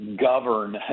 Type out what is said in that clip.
govern